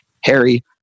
Harry